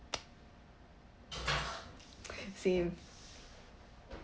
same